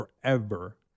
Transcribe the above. forever